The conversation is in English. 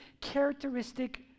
characteristic